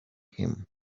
him